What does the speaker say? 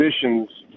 conditions